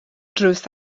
drws